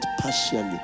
partially